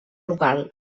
local